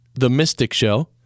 TheMysticShow